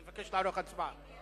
אני מבקש לערוך הצבעה.